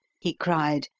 he cried,